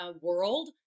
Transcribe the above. world